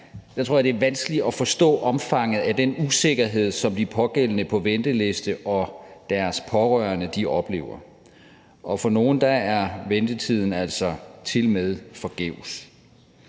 os tror jeg det er vanskeligt at forstå omfanget af den usikkerhed, som de pågældende på venteliste og deres pårørende oplever, og for nogle er ventetiden altså tilmed forgæves.